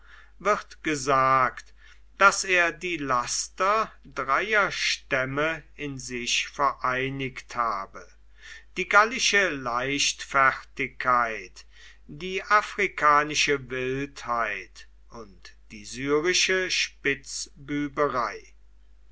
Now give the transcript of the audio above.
wird gesagt daß er die laster dreier stämme in sich vereinigt habe die gallische leichtfertigkeit die afrikanische wildheit und die syrische